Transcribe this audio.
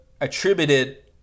attributed